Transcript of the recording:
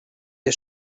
der